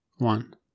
One